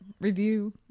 review